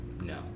no